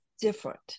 different